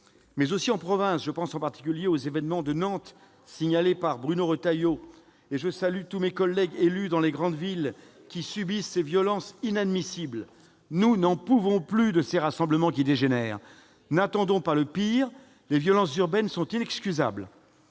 mais aussi en province. Je pense en particulier aux événements qui se sont déroulés à Nantes dont a parlé Bruno Retailleau. Et à Rennes ! Et je salue tous mes collègues élus de grandes villes qui subissent ces violences inadmissibles. Nous n'en pouvons plus de ces rassemblements qui dégénèrent. N'attendons pas le pire ! Les violences urbaines sont inexcusables.